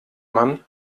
man